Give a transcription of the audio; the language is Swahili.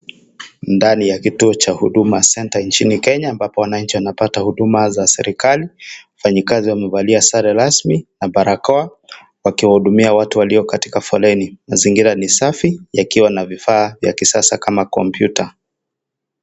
Ndani ya kituo cha huduma centre nchini Kenya ambapo wananchi wanapata huduma za serikali, wafanyikazi wamevalia sare rasmi na barakoa, wakiwahudumia watu walio katika foleni, mazingira ni safi yakiwa na vifaa vya kisasa kama komputa.